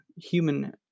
human